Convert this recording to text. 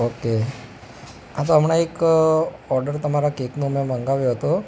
okay અચ્છા હમણાં એક ઓર્ડર તમારા કેકનો મેં મંગાવ્યો હતો